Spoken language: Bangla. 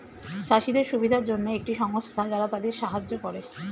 চাষীদের সুবিধার জন্যে একটি সংস্থা যারা তাদের সাহায্য করে